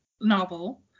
novel